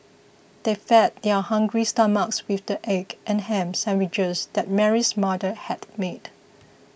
they fed their hungry stomachs with the egg and ham sandwiches that Mary's mother had made